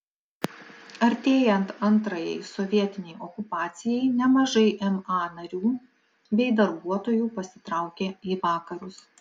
artėjant antrajai sovietinei okupacijai nemažai ma narių bei darbuotojų pasitraukė į vakarus